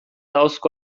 ahozko